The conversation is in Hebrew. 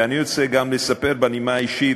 ואני רוצה גם לספר בנימה אישית: